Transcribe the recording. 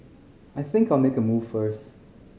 I think I'll make a move first